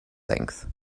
length